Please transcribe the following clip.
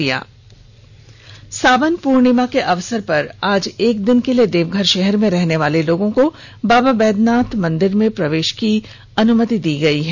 देवघर मंदिर सावन पूर्णिमा के अवसर पर आज एक दिन के लिए देवघर शहर में रहने वाले लोगों को बाबा बैधनाथ मंदिर में प्रवेश की अनुमति दी गई है